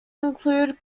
include